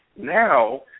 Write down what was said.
Now